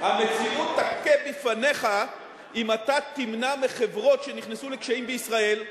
המציאות תכה בפניך אם אתה תמנע מחברות שנכנסו לקשיים בישראל,